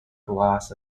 gloss